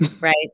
Right